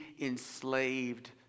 enslaved